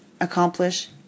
accomplish